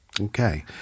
Okay